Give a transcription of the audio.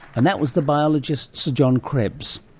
and that was the biologist sir john krebs.